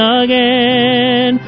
again